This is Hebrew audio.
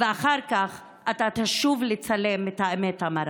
ואחר כך אתה תשוב לצלם את האמת המרה.